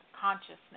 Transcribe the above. Consciousness